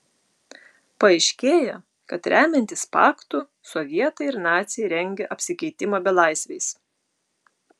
paaiškėja kad remiantis paktu sovietai ir naciai rengia apsikeitimą belaisviais